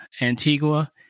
Antigua